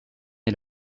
est